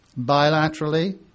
bilaterally